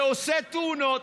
ועושה תאונות,